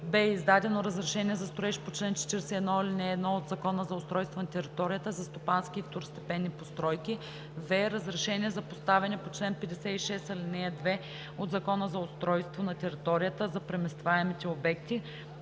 б) издадено разрешение за строеж по чл. 41, ал. 1 от Закона за устройство на територията – за стопански и второстепенни постройки; в) разрешение за поставяне по чл. 56, ал. 2 от Закона за устройство на територията – за преместваемите обекти;